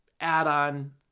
add-on